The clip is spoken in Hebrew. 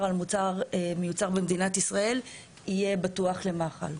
על מוצר מיוצר במדינת ישראל יהיה בטוח למאכל.